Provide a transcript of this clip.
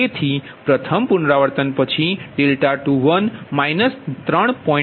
તેથી પ્રથમ પુનરાવર્તન પછી 21 3